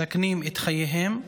מסכנים את חייהם.